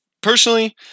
Personally